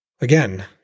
Again